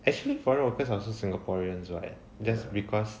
actually foreign workers are also singaporeans [what] just because